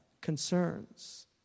concerns